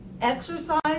Exercise